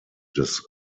des